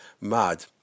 mad